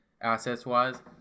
assets-wise